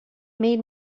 made